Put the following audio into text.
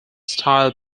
style